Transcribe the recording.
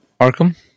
Arkham